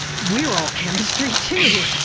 we are all chemistry too,